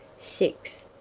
six.